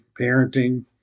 parenting